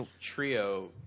trio